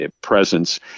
Presence